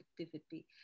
activity